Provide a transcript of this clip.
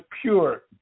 pure